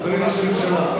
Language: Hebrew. אל תשתמש בי,